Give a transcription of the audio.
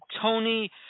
tony